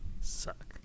Suck